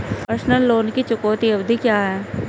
Personal loan की चुकौती अवधि क्या है?